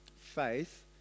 faith